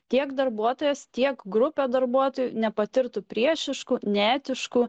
tiek darbuotojas tiek grupė darbuotojų nepatirtų priešiškų neetiškų